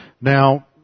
Now